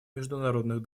международных